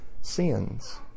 sins